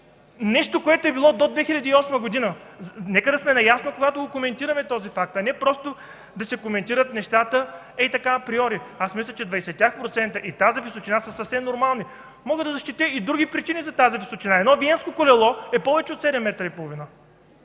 нещо, което е било до 2008 г. Нека сме наясно, когато коментираме този факт, а не просто нещата да се коментират ей така, априори. Аз мисля, че 20% и тази височина са съвсем нормални. Мога да защитя и други причини за тази височина. Едно виенско колело е повече от 7 метра и половина.